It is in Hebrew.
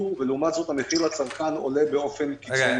ולעומת זאת המחיר לצרכן עולה באופן קיצוני.